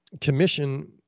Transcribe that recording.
commission